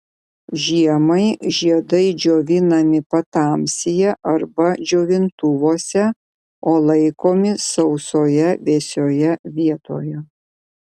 žiemai žiedai džiovinami patamsyje arba džiovintuvuose o laikomi sausoje vėsioje vietoje